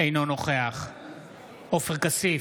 אינו נוכח עופר כסיף,